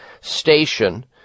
station